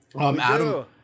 Adam